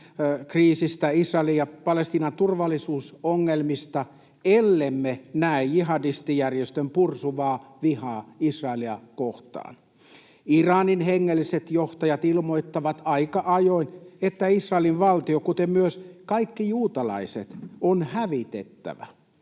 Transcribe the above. kriisistä, Israelin ja Palestiinan turvallisuusongelmista, ellemme näe jihadistijärjestön pursuvaa vihaa Israelia kohtaan. Iranin hengelliset johtajat ilmoittavat aika ajoin, että Israelin valtio, kuten myös kaikki juutalaiset, on hävitettävä.